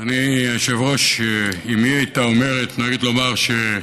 אדוני היושב-ראש, אימי הייתה נוהגת לומר, רונית,